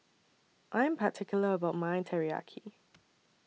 I Am particular about My Teriyaki